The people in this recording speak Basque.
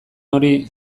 hori